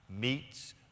meets